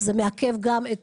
מעכב גם את